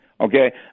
Okay